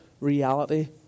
reality